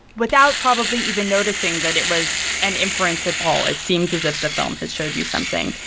without probably even noticing that it was an inference at all. it seems as if the film has showed you something.